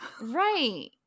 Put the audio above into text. Right